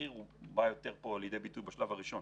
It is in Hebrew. החי"ר בא יותר לידי ביטוי בשלב הראשון.